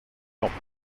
tempes